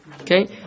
Okay